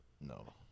No